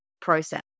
process